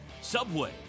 Subway